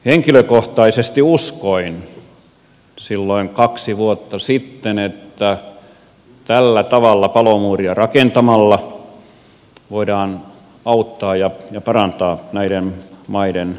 henkilökohtaisesti uskoin silloin kaksi vuotta sitten että tällä tavalla palomuuria rakentamalla voidaan auttaa ja parantaa näiden maiden velkakestävyyttä